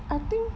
I think